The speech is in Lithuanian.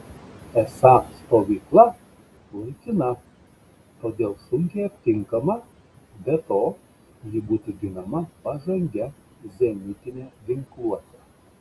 esą stovykla laikina todėl sunkiai aptinkama be to ji būtų ginama pažangia zenitine ginkluote